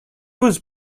was